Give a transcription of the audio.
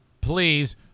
please